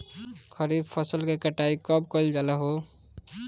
खरिफ फासल के कटाई कब कइल जाला हो?